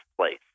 place